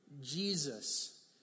Jesus